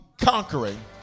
conquering